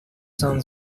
sun